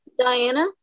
Diana